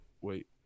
Wait